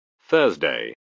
Thursday